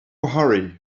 hurry